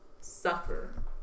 suffer